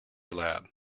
lab